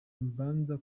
mbanza